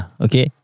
okay